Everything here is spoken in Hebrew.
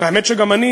והאמת שגם אני